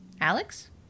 alex